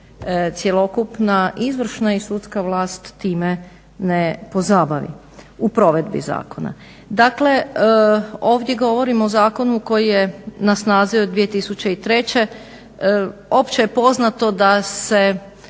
cjelokupna izvršna i sudska vlast time ne pozabavi u provedbi zakona. Dakle, ovdje govorimo o zakonu koji je na snazi od 2003. Opće je poznato da se